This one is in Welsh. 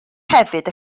hefyd